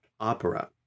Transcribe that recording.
opera